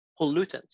pollutants